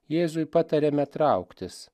jėzui patariame trauktis